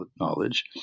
knowledge